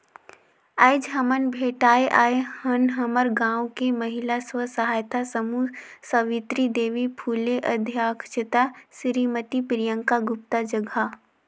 आयज हमन भेटाय आय हन हमर गांव के महिला स्व सहायता समूह सवित्री देवी फूले अध्यक्छता सिरीमती प्रियंका गुप्ता जघा